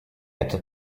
этот